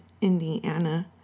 Indiana